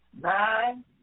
Nine